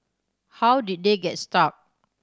how did they get stuck